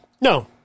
No